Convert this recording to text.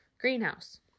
greenhouse